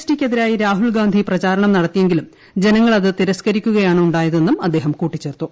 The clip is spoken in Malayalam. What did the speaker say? ട്ടിയ്ളക്കതിരായി രാഹുൽ ഗാന്ധി പ്രചാരണം നടത്തിയെങ്കിലും ജനങ്ങൾ അത് തിരസ്കരിക്കുകയാണ് ഉണ്ടായതെന്നും അദ്ദേഹം കൂട്ടിച്ചേർത്തു